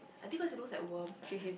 I think it's cause it looks like worms ah